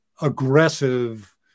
aggressive